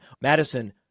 Madison